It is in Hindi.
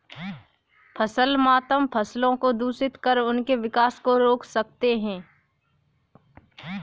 फसल मातम फसलों को दूषित कर उनके विकास को रोक सकते हैं